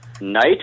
Night